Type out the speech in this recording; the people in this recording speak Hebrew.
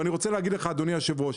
אדוני היושב-ראש,